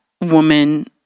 woman